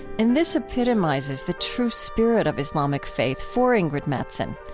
and this epitomizes the true spirit of islamic faith for ingrid mattson,